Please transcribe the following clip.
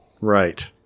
Right